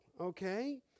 okay